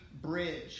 bridge